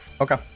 Okay